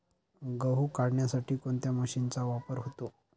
गहू काढण्यासाठी कोणत्या मशीनचा वापर होतो?